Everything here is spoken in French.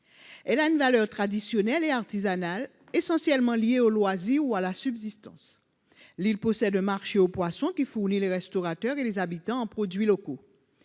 Hélène Da leur traditionnelles et artisanales essentiellement lié aux loisirs ou à la subsistance l'possède le marché aux poissons qui fournit les restaurateurs et les habitants en produits locaux,